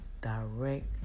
direct